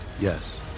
Yes